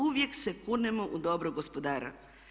Uvijek se kunemo u dobrog gospodara.